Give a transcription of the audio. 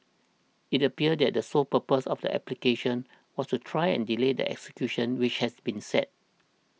it appeared that the sole purpose of the applications was to try and delay the execution which has been set